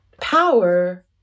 power